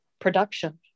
production